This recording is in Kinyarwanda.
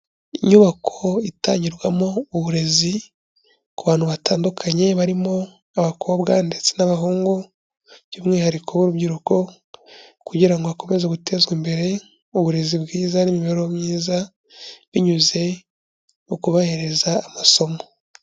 Inyubako itangirwamo uburezi ku bantu batandukanye barimo abakobwa ndetse n'abahungu, by'umwihariko urubyiruko kugira ngo bakomeze gutezwa imbere uburezi bwiza n'imibereho myiza binyuze mu kubahereza amasomo.